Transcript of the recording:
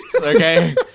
Okay